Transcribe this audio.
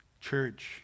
church